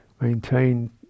maintain